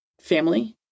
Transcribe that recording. family